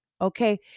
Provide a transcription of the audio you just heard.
okay